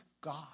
God